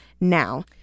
now